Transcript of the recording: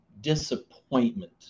disappointment